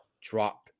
drop